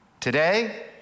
Today